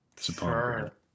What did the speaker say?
Sure